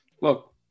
look